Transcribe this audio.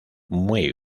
muy